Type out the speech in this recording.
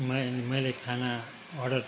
मै मैले खाना अर्डर